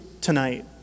tonight